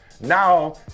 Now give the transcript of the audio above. Now